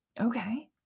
Okay